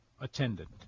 attendant